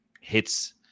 hits